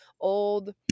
old